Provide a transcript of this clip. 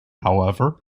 however